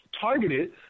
targeted